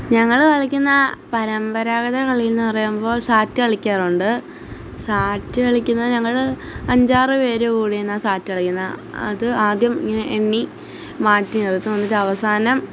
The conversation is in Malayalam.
ഞങ്ങള് കളിക്കുന്ന പരമ്പരാഗത കളിയെന്നു പറയുമ്പോൾ സാറ്റ് കളിക്കാറുണ്ട് സാറ്റ് കളിക്കുന്ന ഞങ്ങള് അഞ്ചാറു പേര് കൂടിനിന്നാണ് സാറ്റ് കളിക്കുന്നത് അത് ആദ്യം ഇങ്ങനെ എണ്ണി മാറ്റിനിർത്തും എന്നിട്ട് അവസാനം